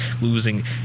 Losing